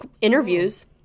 interviews